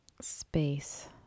space